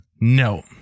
No